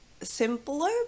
simpler